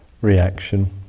reaction